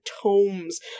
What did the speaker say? tomes